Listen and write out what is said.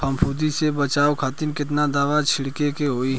फाफूंदी से बचाव खातिर केतना दावा छीड़के के होई?